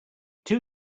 two